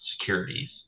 securities